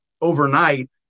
overnight